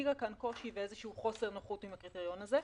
הציגה כאן קושי באיזשהו חוסר נוחות עם הקריטריון הזה.